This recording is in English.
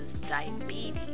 diabetes